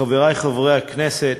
חברי חברי הכנסת,